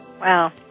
Wow